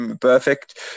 perfect